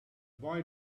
boy